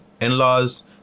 in-laws